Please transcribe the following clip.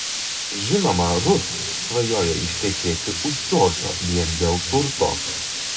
žinoma rut svajoja ištekėti už džordžo vien dėl turto